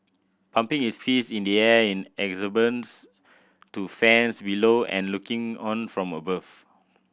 pumping his fist in the air in exuberance to fans below and looking on from above